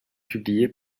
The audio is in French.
publiée